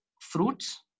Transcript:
fruits